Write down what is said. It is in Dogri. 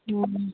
क्यों